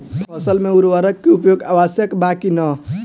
फसल में उर्वरक के उपयोग आवश्यक बा कि न?